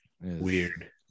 weird